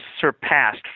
surpassed